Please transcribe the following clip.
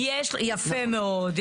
יפה מאוד.